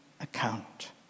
account